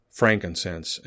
frankincense